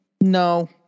No